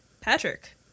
Patrick